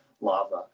lava